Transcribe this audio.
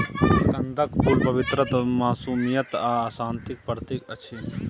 कंदक फुल पवित्रता, मासूमियत आ शांतिक प्रतीक अछि